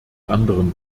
anderen